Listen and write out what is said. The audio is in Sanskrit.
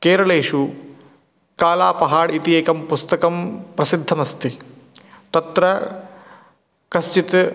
केरलेषु कालापहाड् इति एकं पुस्तकं प्रसिद्धमस्ति तत्र कश्चित्